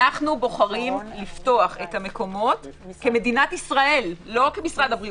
אנו בוחרים לפתוח את המקומות כמדינת ישראל לא כמשרד הבריאות